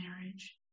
marriage